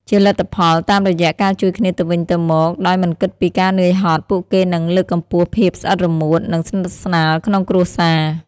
ជាលទ្ធផល តាមរយៈការជួយគ្នាទៅវិញទៅមកដោយមិនគិតពីការនឿយហត់ ពួកគេនឹង លើកកម្ពស់ភាពស្អិតរមួត និងស្និតស្នាលក្នុងគ្រួសារ។